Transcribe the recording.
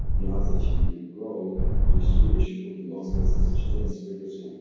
the odds that you grow your swedish will be low. so there's such a thing as frequency.